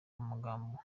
umugongo